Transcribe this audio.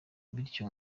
bityo